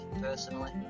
personally